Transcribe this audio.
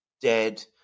dead